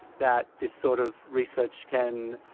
that this sort of research can